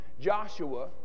Joshua